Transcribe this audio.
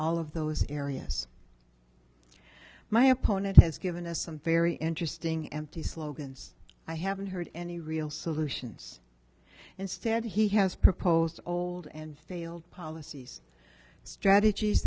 all of those areas my opponent has given us some very interesting empty slogans i haven't heard any real solutions instead he has proposed old and failed policies strategies